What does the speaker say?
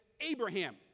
abraham